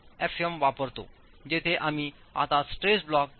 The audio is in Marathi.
85fm वापरतोजिथे आम्ही आता स्ट्रेस ब्लॉक पॅरामीटर्स वापरत आहोत